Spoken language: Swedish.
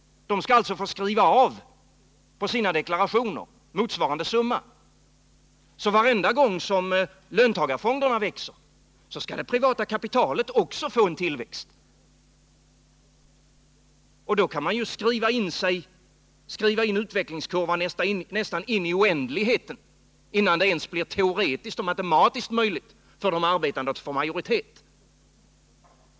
De skall alltså i sina deklarationer få skriva av motsvarande summa. Varje gång som löntagarfonderna växer skall också det privata kapitalet få en tillväxt. Då kan man ju skriva utvecklingskurvan nästan in i oändligheten innan det blir ens teoretiskt och matematiskt möjligt för de arbetande att få majoritet.